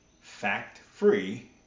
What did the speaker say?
fact-free